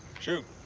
shoot.